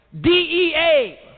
DEA